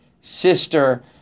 sister